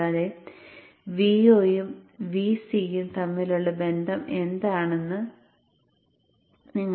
കൂടാതെ Vo യും Vc യും തമ്മിലുള്ള ബന്ധം എന്താണെന്ന് നിങ്ങൾക്ക് പറയാം